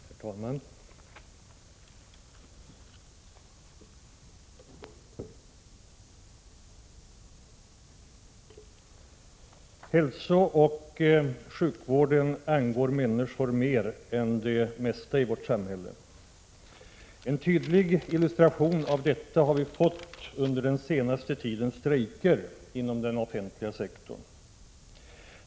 Herr talman! Hälsooch sjukvården angår människor mer än det mestai 12: november 1986 vårt samhälle. En tydlig illustration av detta har vi fått under den senaste = mma se a tidens strejker i den offentliga sektorn.